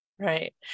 Right